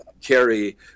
carry